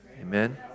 Amen